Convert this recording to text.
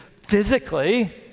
physically